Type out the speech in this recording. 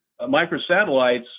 Microsatellites